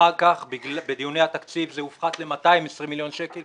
אחר כך בדיוני התקציב זה הופחת ל-220 מיליון שקל,